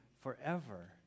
forever